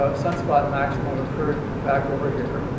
ah sunspot maximum occurred back over here,